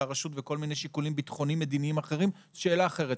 הרשות וכל מיני שיקולים ביטחוניים מדיניים אחרים וזו שאלה אחרת.